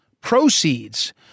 proceeds